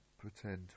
pretend